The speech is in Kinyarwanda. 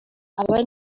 aba